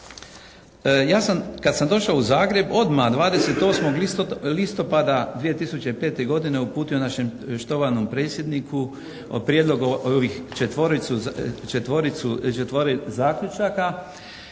kada sam došao u Zagreb odmah 28. listopada 2005. godine uputio našem štovanom predsjedniku prijedlog četvore zaključaka